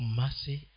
mercy